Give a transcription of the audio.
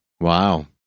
Wow